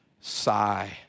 sigh